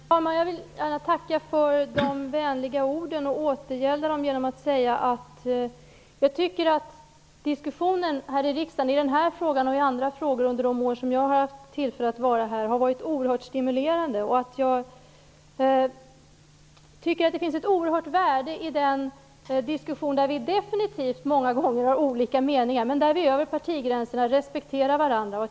Herr talman! Jag vill tacka för de vänliga orden. Jag vill återgälda dem genom att säga att diskussionen i riksdagen i den här frågan och i andra frågor under de år jag har haft tillfälle att vara här har varit oerhört stimulerande. Det finns ett oerhört värde i en diskussion, där vi definitivt många gånger har olika meningar, men där vi över partigränserna respekterar varandra.